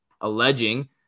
alleging